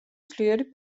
ძლიერი